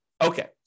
Okay